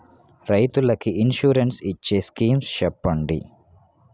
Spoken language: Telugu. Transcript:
రైతులు కి ఇన్సురెన్స్ ఇచ్చే స్కీమ్స్ చెప్పండి?